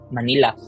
Manila